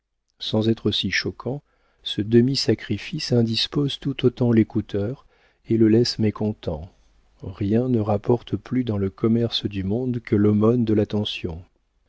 sans être aussi choquant ce demi sacrifice indispose tout autant l'écouteur et le laisse mécontent rien ne rapporte plus dans le commerce du monde que l'aumône de l'attention